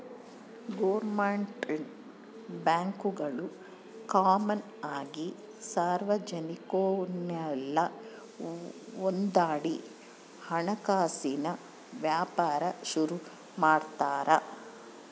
government ಬ್ಯಾಂಕ್ಗುಳು common ಆಗಿ ಸಾರ್ವಜನಿಕುರ್ನೆಲ್ಲ ಒಂದ್ಮಾಡಿ ಹಣಕಾಸಿನ್ ವ್ಯಾಪಾರ ಶುರು ಮಾಡ್ತಾರ